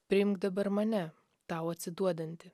priimk dabar mane tau atsiduodantį